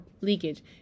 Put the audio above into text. leakage